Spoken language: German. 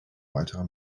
weitere